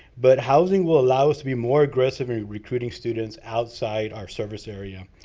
but housing will allow us to be more aggressive in recruiting students outside our service area.